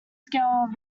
scale